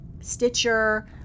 Stitcher